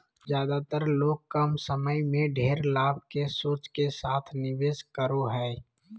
ज्यादेतर लोग कम समय में ढेर लाभ के सोच के साथ निवेश करो हइ